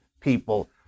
people